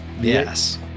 Yes